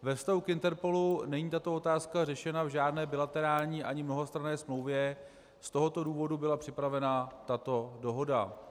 Ve vztahu k INTERPOLu není tato otázka řešena v žádné bilaterální ani mnohostranné smlouvě, z tohoto důvodu byla připravena tato dohoda.